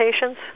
patients